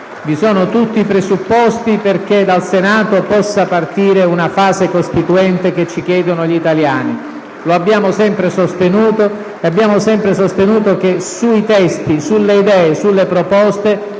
Vi sono tutti i presupposti perché dal Senato possa partire una fase costituente, come ci chiedono gli italiani. Lo abbiamo sempre sostenuto, così come abbiamo sempre sostenuto che sui testi, sulle idee e sulle proposte